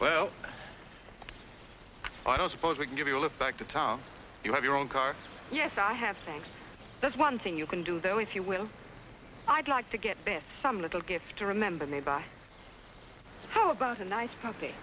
well i don't suppose we can give you a lift back to tell you of your own car yes i have thanks that's one thing you can do though if you will i'd like to get bit some little gift to remember me by how about a nice puppy